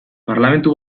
parlamentu